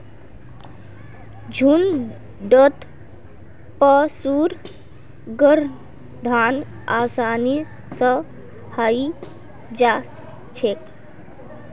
झुण्डत पशुर गर्भाधान आसानी स हई जा छेक